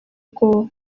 ubwoba